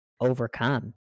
overcome